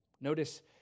Notice